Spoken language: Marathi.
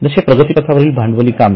जसे प्रगतीपथावरील भांडवली कामे